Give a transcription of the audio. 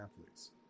athletes